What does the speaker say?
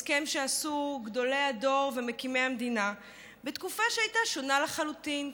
הסכם שעשו גדולי הדור ומקימי המדינה בתקופה שהייתה שונה לחלוטין.